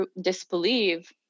disbelieve